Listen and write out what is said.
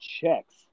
checks